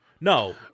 No